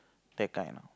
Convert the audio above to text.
that kind